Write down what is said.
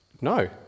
No